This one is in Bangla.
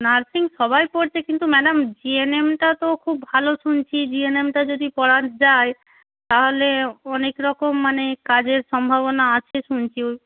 নার্সিং সবাই পড়ছে কিন্তু ম্যাডাম জি এন এমটা তো খুব ভালো শুনছি জি এন এমটা যদি পড়া যায় তাহলে অনেক রকম মানে কাজের সম্ভাবনা আছে শুনছি ওই